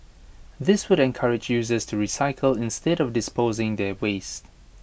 this would encourage users to recycle instead of disposing their waste